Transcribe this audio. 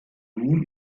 nur